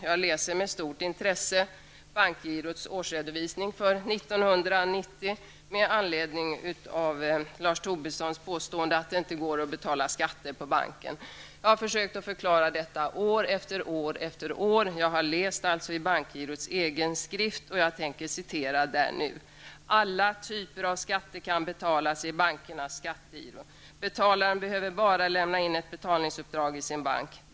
Jag läser med stort intresse bankgirots årsredovisning för år 1990 med anledning av Lars Tobissons påstående att det inte går att betala skatt på banken. Jag har försökt förklara detta år efter år, och jag har läst i bankgirots egen skrift. Jag tänker citera den även nu: ''Alla typer av skatt kan betalas i Bankernas Skattegiro. Betalaren behöver bara lämna in ett betalningsuppdrag i sin bank.